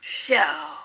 show